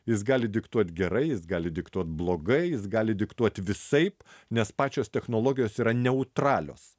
jis gali diktuot gerai jis gali diktuot blogai jis gali diktuot visaip nes pačios technologijos yra neutralios